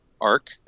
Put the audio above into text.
Arc